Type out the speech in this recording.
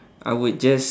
I would just